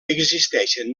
existeixen